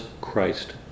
Christ